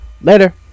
Later